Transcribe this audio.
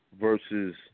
versus